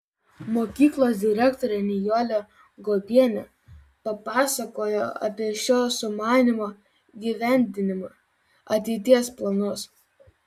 mokyklos direktorė nijolė guobienė papasakojo apie šio sumanymo įgyvendinimą ateities planus